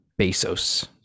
bezos